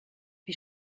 wie